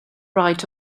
right